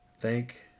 thank